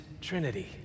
Trinity